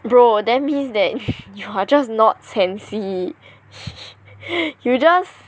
bro that means that you're just not sensy you just